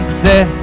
set